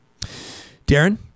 Darren